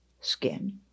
skin